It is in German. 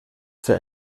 für